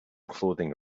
clothing